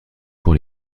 pour